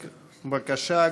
לדוכן.